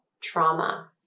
trauma